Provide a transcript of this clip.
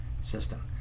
system